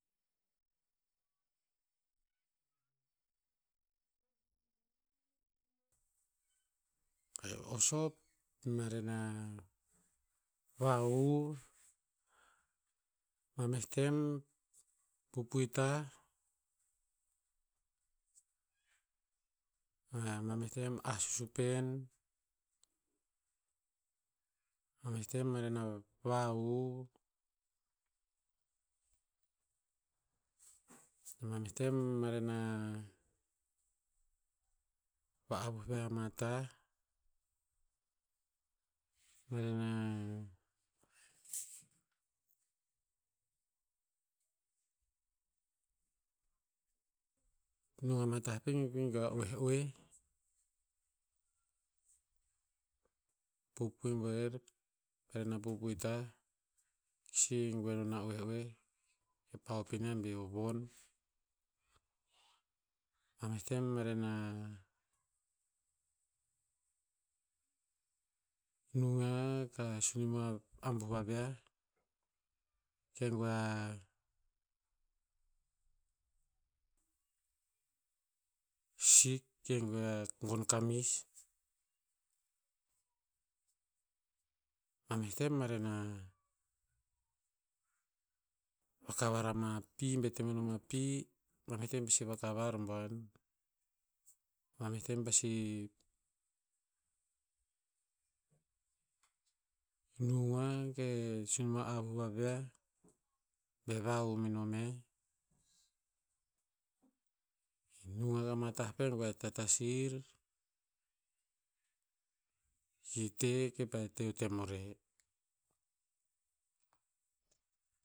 Pa'eh a o sop maren a vahuv. Mameh tem pupui tah. Mea mameh tem ah susupen. Mameh tem maren na vahuv. Mameh tem mare na va avuh viah ama tah. maren na nung ama tah pe ki goe a oehoeh. Pupui buer. Maren- na pupui tah. Ki si goe non na oehoeh. Kepa hop inia bi o von. Mameh tem maren na, nung arar ka soni moa abuh vaviah. Ke goe a, sik ke goe a gon kamis. Mameh tem mare na, vakavar ama pi be temenom a pi. Mameh tem pasi vakavar buan. Mameh tem pasi, nung oah ke ka soni moa avuh vaviah, be vahuv menom yiah. Nung ka ma tah pe goe a tatasir. Ki te rer kepa te o tem o reh.